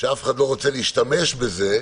שאף אחד לא רוצה להשתמש בזה,